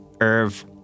Irv